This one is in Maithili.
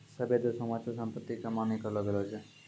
सभ्भे देशो मे अचल संपत्ति के मान्य करलो गेलो छै